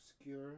obscure